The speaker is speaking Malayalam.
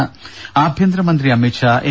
ദ്ദേ ആഭ്യന്തര മന്ത്രി അമിത്ഷാ എൻ